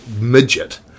midget